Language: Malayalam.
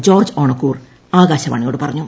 ജോർജ്ജ് ഓണക്കൂർ ആകാശവാണിയോട് പറഞ്ഞു